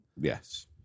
Yes